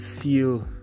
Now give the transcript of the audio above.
feel